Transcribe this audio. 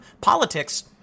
politics